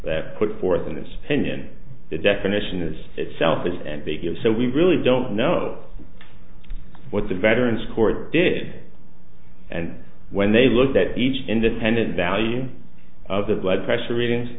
that put forth in this opinion the definition is itself is ambiguous so we really don't know what the veterans court did and when they looked at each independent value of the blood pressure readings